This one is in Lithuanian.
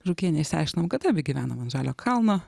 žukiene išsiaiškinom kad abi gyvenam ant žalio kalno